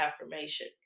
Affirmation